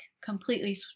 completely